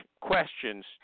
questions